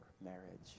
marriage